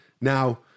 now